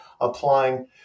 applying